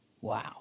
Wow